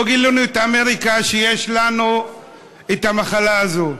לא גילינו את אמריקה, שיש לנו את המחלה הזו.